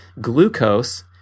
glucose